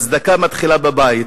הצדקה מתחילה בבית.